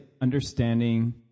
understanding